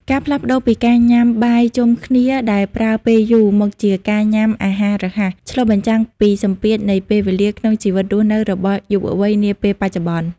ការផ្លាស់ប្ដូរពីការញ៉ាំបាយជុំគ្នាដែលប្រើពេលយូរ មកជាការញ៉ាំអាហាររហ័ស ឆ្លុះបញ្ចាំងពីសម្ពាធនៃពេលវេលាក្នុងជីវិតរស់នៅរបស់យុវវ័យនាពេលបច្ចុប្បន្ន។